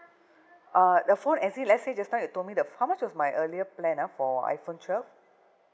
uh the phone is it let's say just now you told me the how much was my earlier plan ah for iPhone twelve